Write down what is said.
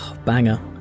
banger